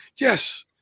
yes